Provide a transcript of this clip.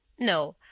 no,